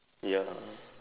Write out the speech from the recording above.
ya